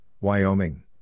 Wyoming